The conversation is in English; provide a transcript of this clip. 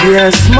Yes